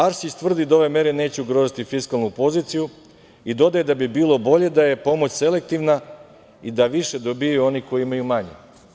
Arsić tvrdi da ove mere neće ugroziti fiskalnu poziciju i dodaje da bi bilo bolje da je pomoć selektivna i da više dobijaju oni koji imaju manje.